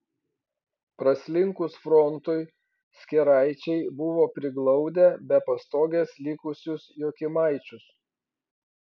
praslinkus frontui skėraičiai buvo priglaudę be pastogės likusius jokymaičius